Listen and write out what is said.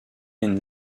and